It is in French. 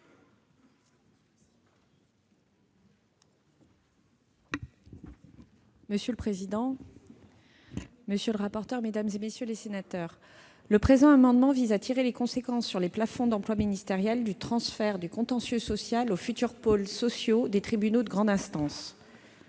Monsieur le président, monsieur le rapporteur général, mesdames, messieurs les sénateurs, le présent amendement vise à tirer les conséquences sur les plafonds d'emplois ministériels du transfert du contentieux social aux futurs pôles sociaux des tribunaux de grande instance.